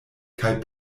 kaj